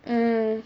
mm